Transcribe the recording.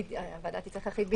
הוועדה תצטרך להחליט בדיוק.